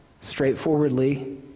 straightforwardly